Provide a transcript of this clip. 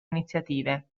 iniziative